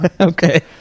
Okay